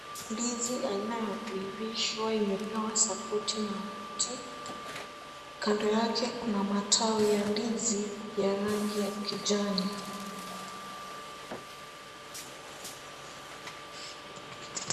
Ndizi aina ya kuivishwa imepewa sapoti na mti. Kando yake kuna matawi ya ndizi ya rangi ya kijani.